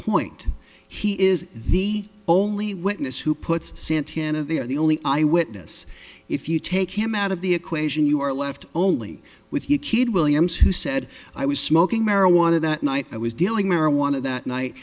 point he is the only witness who puts santana they are the only eyewitness if you take him out of the equation you are left only with you kid williams who said i was smoking marijuana that night i was dealing marijuana that night